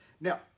Now